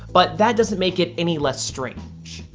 but that doesn't make it any less strange.